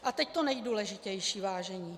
A teď to nejdůležitější, vážení.